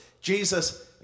Jesus